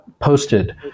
posted